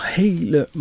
hele